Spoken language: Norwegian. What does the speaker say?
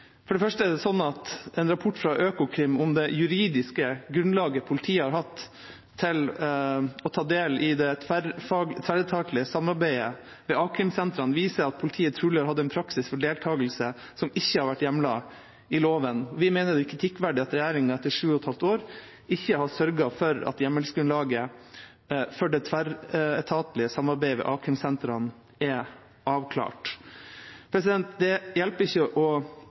For det første er det sånn at en rapport fra Økokrim om det juridiske grunnlaget politiet har hatt til å ta del i det tverretatlige samarbeidet ved a-krimsentrene, viser at politiet trolig har hatt en praksis for deltakelse som ikke har vært hjemlet i loven. Vi mener det er kritikkverdig at regjeringa etter sju og et halvt år ikke har sørget for at hjemmelsgrunnlaget for det tverretatlige samarbeidet ved a-krimsentrene er avklart. Det hjelper ikke å